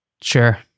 Sure